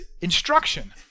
instruction